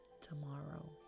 tomorrow